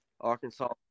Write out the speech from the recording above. Arkansas